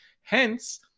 hence